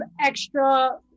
extra